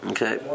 Okay